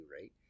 right